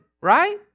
right